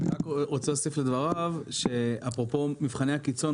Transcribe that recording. אני רק רוצה להוסיף לדבריו: אפרופו מבחני הקיצון,